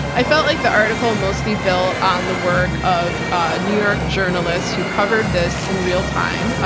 i felt like the article mostly built on the work of ah newyork journalists who covered this in real time,